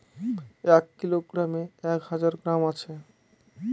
এক কিলোগ্রামে এক হাজার গ্রাম আছে